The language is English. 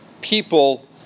people